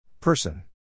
Person